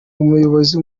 umuyobozi